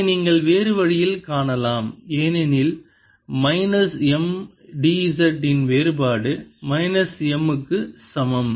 இதை நீங்கள் வேறு வழியில் காணலாம் ஏனெனில் மைனஸ் M d z இன் வேறுபாடு மைனஸ் M க்கு சமம்